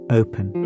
open